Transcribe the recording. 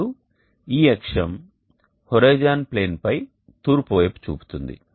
మరియు ఈ అక్షం హోరిజోన్ ప్లేన్పై తూర్పు వైపు చూపుతుంది